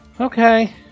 Okay